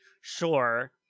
sure